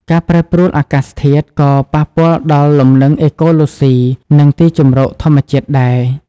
ការប្រែប្រួលអាកាសធាតុក៏ ប៉ះពាល់ដល់លំនឹងអេកូឡូស៊ី និងទីជម្រកធម្មជាតិដែរ។